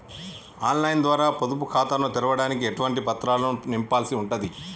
On line ద్వారా పొదుపు ఖాతాను తెరవడానికి ఎటువంటి పత్రాలను నింపాల్సి ఉంటది?